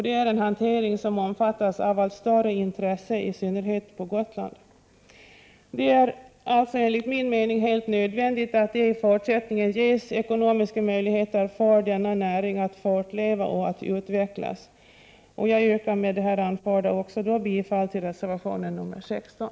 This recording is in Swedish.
Det är en hantering som omfattas av allt större intresse, i synnerhet på Gotland. Det är alltså enligt min mening helt nödvändigt att det i fortsättningen ges ekonomiska möjligheter för denna näring att fortleva och att utvecklas. Jag yrkar med detta bifall till reservation 16.